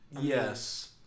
Yes